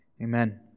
Amen